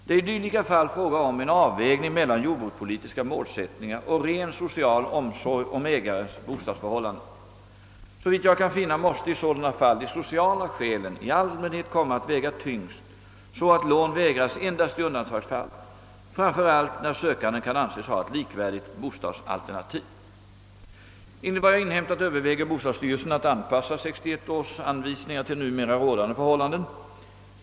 Det är i dylika fall fråga om en avvägning mellan jordbrukspolitiska målsättningar och ren social omsorg om ägarens bostadsförhållanden. Såvitt jag kan finna måste i sådana fall de sociala skälen i allmänhet komma att väga tyngst, så att lån vägras endast i undantagsfall, framför allt när sökanden kan anses ha ett likvärdigt bostadsalternativ. Enligt vad jag inhämtat överväger bostadsstyrelsen att anpassa 1961 års anvisningar till numera rådande förhållanden.